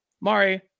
Mari